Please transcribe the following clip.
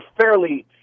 fairly